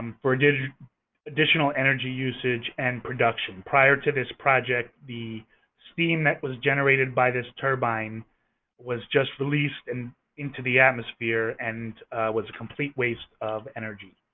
um for additional energy usage and production. prior to this project, the steam that was generated by this turbine was just released and into the atmosphere and was a complete waste of energy.